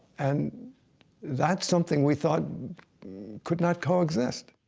and that's something we thought could not coexist.